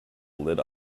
lit